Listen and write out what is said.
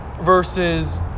versus